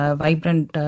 vibrant